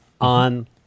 on